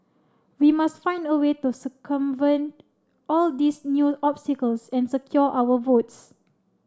we must find a way to circumvent all these new obstacles and secure our votes